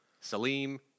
Salim